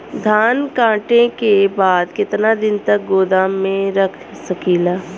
धान कांटेके बाद कितना दिन तक गोदाम में रख सकीला?